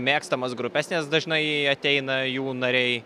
mėgstamas grupes nes dažnai ateina jų nariai